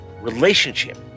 relationship